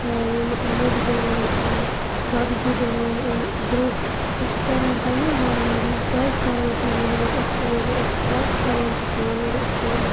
یِم مُجہِ دِوان گۄگجہِ دِوان درٛوگ أسۍ چھِ کَران پنٛنہِ وارِ محنت کیازِ کَرہوس نہٕ محنت أسۍ چھِ ییٚلہِ أسۍ ہاکھ کھٮ۪وان چھِ پانہٕ ییٚلہِ أسۍ پانہٕ